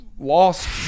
lost